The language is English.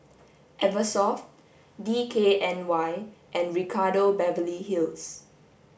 eversoft D K N Y and Ricardo Beverly Hills